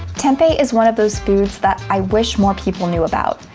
tempeh is one of those foods that i wish more people knew about.